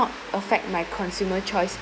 affect my consumer choice